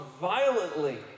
violently